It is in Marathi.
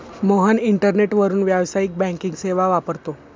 मोहन इंटरनेटवरून व्यावसायिक बँकिंग सेवा वापरतो